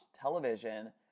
television